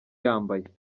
yambaye